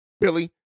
billy